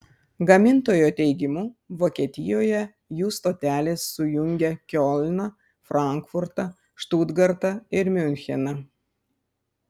gamintojo teigimu vokietijoje jų stotelės sujungia kiolną frankfurtą štutgartą ir miuncheną